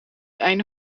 einde